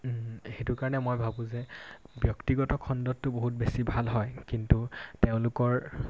সেইটো কাৰণে মই ভাবোঁ যে ব্যক্তিগত খণ্ডতো বহুত বেছি ভাল হয় কিন্তু তেওঁলোকৰ